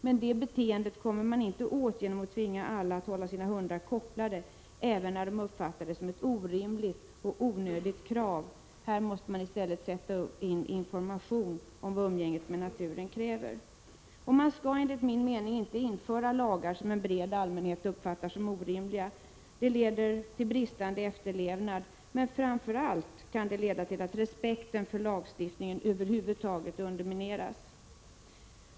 Men det beteendet kommer man inte åt genom att tvinga alla att hålla sina hundar kopplade, även när de uppfattar det som ett orimligt och onödigt krav. Här måste man i stället sätta in mer information om vad umgänget med naturen kräver. Man skall enligt min mening inte införa lagar som en bred allmänhet uppfattar som orimliga. Det leder till bristande efterlevnad, men framför allt kan det leda till att respekten för lagstiftningen över huvud taget undermineras.